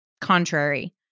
contrary